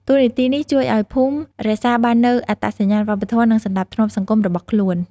តួនាទីនេះជួយឲ្យភូមិរក្សាបាននូវអត្តសញ្ញាណវប្បធម៌ និងសណ្តាប់ធ្នាប់សង្គមរបស់ខ្លួន។